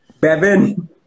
Bevin